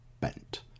bent